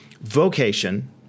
vocation